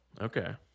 Okay